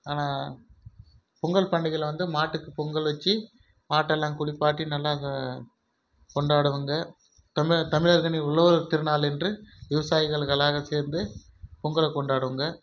ஆனால் பொங்கல் பண்டிகையில் வந்து மாட்டுக்கு பொங்கல் வச்சு மாட்டெலாம் குளிப்பாட்டி நல்லா கொண்டாடுவோங்க தமி தமிழர்களின் உழவர் திருநாள் என்று விவசாயிகள்களாக சேர்ந்து பொங்கலை கொண்டாடுவோங்க